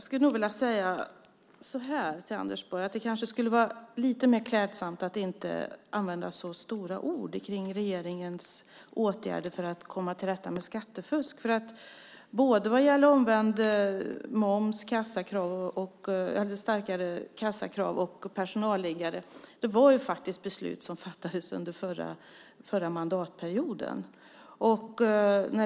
Herr talman! Det skulle kanske vara lite mer klädsamt att inte använda så stora ord om regeringens åtgärder för att komma till rätta med skattefusk. Omvänd momsföring, starkare kassakrav och personalliggare var beslut som fattades under förra mandatperioden.